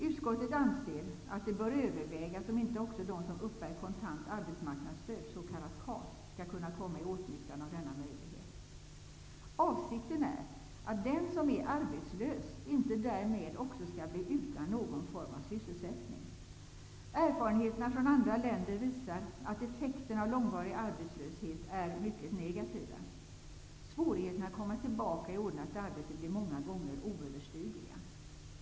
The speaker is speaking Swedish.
Utskottet anser att det bör övervägas om inte också de som uppbär kontant arbetsmarknadsstöd, s.k. KAS, skall kunna komma i åtnjutande av denna möjlighet. Avsikten är att den som är arbetslös inte därmed också skall bli utan någon form av sysselsättning. Erfarenheterna från andra länder visar att effekterna av långvarig arbetslöshet är mycket negativa. Svårigheterna att komma tillbaka i ordnat arbete blir många gånger oöverstigliga.